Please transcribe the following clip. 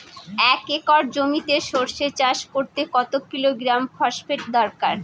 এক একর জমিতে সরষে চাষ করতে কত কিলোগ্রাম ফসফেট দরকার?